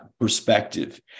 perspective